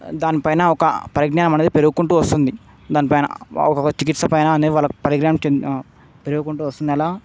దాని పైన ఒక పరిజ్ఞానం అనేది పెరుగుకుంటు వస్తుంది దానిపైన ఒక చికిత్స పైన అనేది వాళ్ళకు పరిజ్ఞానం చెంది పెరుగుకుంటు వస్తుంది అలా